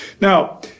Now